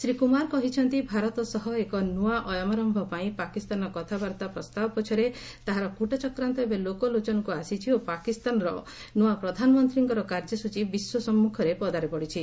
ଶ୍ରୀ କୁମାର କହିଛନ୍ତି ଭାରତ ସହ ଏକ ନୂଆ ଅୟମାରମ୍ଭ ପାଇଁ ପାକିସ୍ତାନର କଥାବାର୍ତ୍ତା ପ୍ରସ୍ତାବ ପଛରେ ତାହାର କୃଟଚକ୍ରାନ୍ତ ଏବେ ଲୋକଲୋଚନକୁ ଆସିଛି ଓ ପାକିସ୍ତାନର ନୂଆ ପ୍ରଧାନମନ୍ତ୍ରୀଙ୍କର କାର୍ଯ୍ୟସ୍ଟଚୀ ବିଶ୍ୱ ସମ୍ମୁଖରେ ପଦାରେ ପଡ଼ିଛି